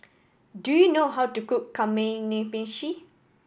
do you know how to cook Kamameshi